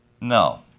No